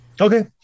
Okay